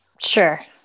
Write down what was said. Sure